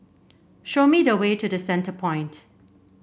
show me the way to The Centrepoint